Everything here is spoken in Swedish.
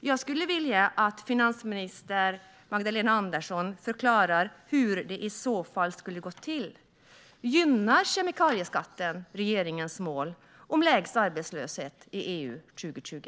Jag skulle vilja att finansminister Magdalena Andersson förklarar hur det i så fall skulle gå till. Gynnar kemikalieskatten regeringens mål om lägst arbetslöshet i EU 2020?